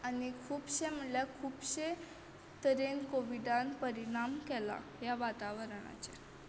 आनी खुबशे म्हणल्यार खुबशे तरेन कोविडान परिणाम केला ह्या वातवरणाचेर